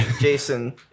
Jason